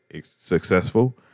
successful